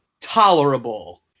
tolerable